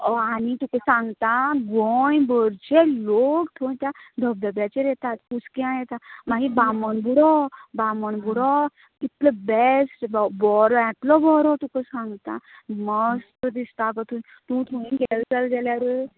आनी कितें सांगता गोंय भरचे लोक थंय त्या धबधब्याचेर येतात कुसक्या येतात मागीर बामणबूडो बामणबूडो कितलों बेस्ट गो बऱ्यांतलो बरो तुका सांगता मस्त दिसता तूं थंय गेलें जाल जाल्यार